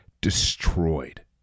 destroyed